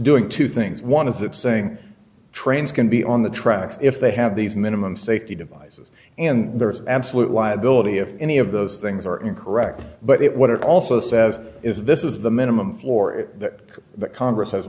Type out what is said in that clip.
doing two things one is it saying trains can be on the tracks if they have these minimum safety devices and there's absolute liability if any of those things are incorrect but what it also says is this is the minimum floor that congress has